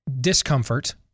discomfort